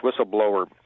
whistleblower